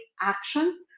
action